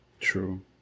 true